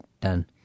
done